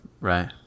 right